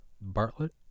bartlett